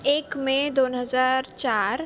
एक मे दोन हजार चार